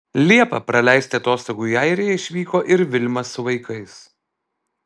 liepą praleisti atostogų į airiją išvyko ir vilma su vaikais